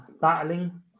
battling